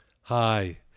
Hi